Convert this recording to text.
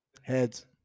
heads